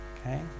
Okay